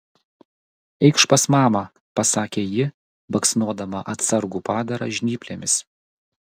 eikš pas mamą pasakė ji baksnodama atsargų padarą žnyplėmis